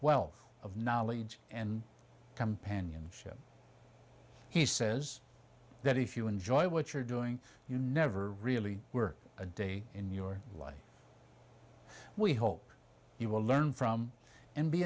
wealth of knowledge and companionship he says that if you enjoy what you're doing you never really were a day in your life we hope you will learn from and be